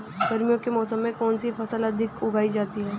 गर्मियों के मौसम में कौन सी फसल अधिक उगाई जाती है?